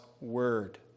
Word